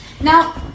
Now